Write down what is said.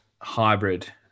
hybrid